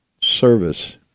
service